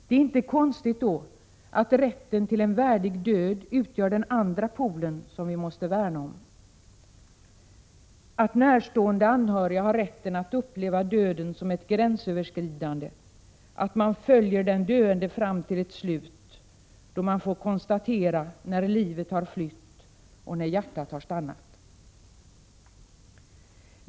Det är då inte konstigt att rätten till en värdig död utgör den andra polen, som vi måste värna om: att närstående anhöriga har rätt att uppleva döden som ett gränsöverskridande, att man följer den döende fram till ett slut, när man får konstatera att livet har flytt och hjärtat stannat.